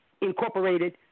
incorporated